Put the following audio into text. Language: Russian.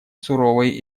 суровой